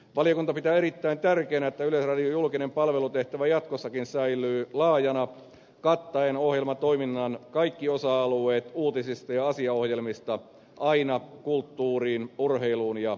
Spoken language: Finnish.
valiokunta pitää erittäin tärkeänä että yleisradion julkinen palvelutehtävä jatkossakin säilyy laajana kattaen ohjelmatoiminnan kaikki osa alueet uutisista ja asiaohjelmista aina kulttuuriin urheiluun ja viihteeseen